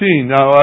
now